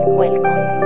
welcome